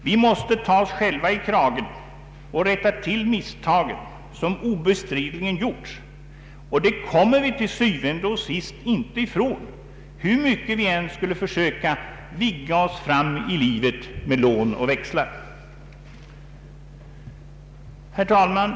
Vi måste ta oss själva i kragen och rätta till de misstag som obestridligen har gjorts. Det kommer vi til syvende og sidst inte ifrån, hur mycket vi än skulle försöka vigga oss fram i livet med lån och växlar. Herr talman!